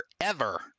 forever